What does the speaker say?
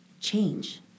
change